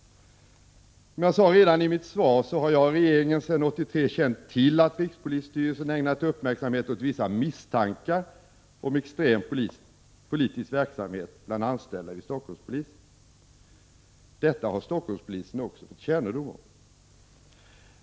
Som jag sade redan i mitt svar, har jag och regeringen sedan 1983 känt till att rikspolisstyrelsen ägnat uppmärksamhet och vissa misstankar åt extrem politisk verksamhet bland anställda vid Stockholmspolisen. Detta har Stockholmspolisen också fått kännedom om.